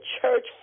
church